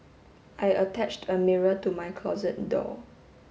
I attached a mirror to my closet door